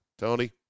Tony